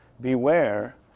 beware